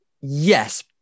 yes